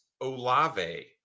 Olave